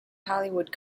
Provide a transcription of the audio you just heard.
hollywood